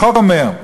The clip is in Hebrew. החוק אומר,